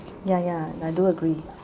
ya ya I do agree